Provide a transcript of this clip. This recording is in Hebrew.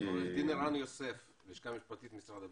עורך דין ערן יוסף מהלשכה המשפטית של משרד הביטחון,